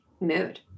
mood